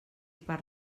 per